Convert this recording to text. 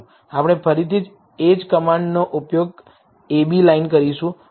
આપણે ફરીથી એ જ કમાન્ડનો ઉપયોગ abline કરીશું